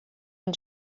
and